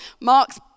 Mark's